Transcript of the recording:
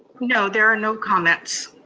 no, there are no comments.